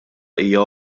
hija